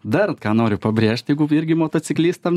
dar ką noriu pabrėžt jeigu irgi motociklistam